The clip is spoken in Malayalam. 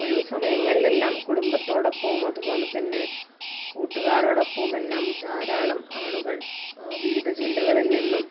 ഒഴിവ് സമയങ്ങളിലെല്ലാം കുടുംബത്തോടൊപ്പവും അതുപോലെ തന്നെ കൂട്ടുകാരോടൊപ്പവും എല്ലാം ധാരാളം ആളുകള് വിവിധ ജില്ലകളില് നിന്നും